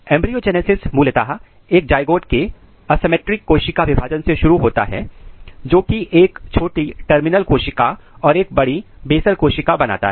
embryo genesis मूलतः एक zygote के एसिमिट्रिक कोशिका विभाजन से शुरू होता है जोकि एक छोटी टर्मिनल कोशिका और एक बड़ी बेसल कोशिका बनाता है